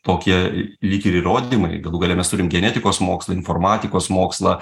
tokie lyg ir įrodymai galų gale mes turim genetikos mokslą informatikos mokslą